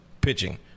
pitching